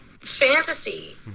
Fantasy